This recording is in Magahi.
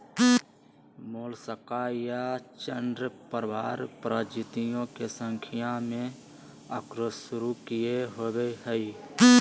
मोलस्का या चूर्णप्रावार प्रजातियों के संख्या में अकशेरूकीय होबो हइ